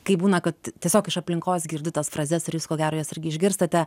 kaip būna kad tiesiog iš aplinkos girdi tas frazes ir jūs ko gero jas irgi išgirstate